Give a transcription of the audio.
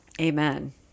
Amen